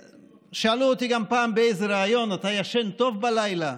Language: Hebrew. שאלו אותי גם פעם באיזה ריאיון: אתה ישן טוב בלילה?